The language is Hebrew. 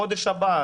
בחודש הבא.